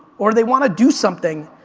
or they want to do something,